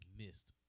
missed